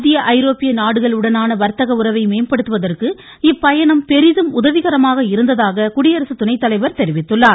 மத்திய ஐரோப்பிய நாடுகளுடனான வர்த்தக உறவை மேம்படுத்துவதற்கு இப்பயணம் பெரிதும் உதவிகரமாக இருந்ததாக குடியரசுத் துணைத்தலைவர் தெரிவித்தார்